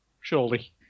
Surely